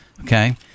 Okay